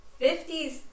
50s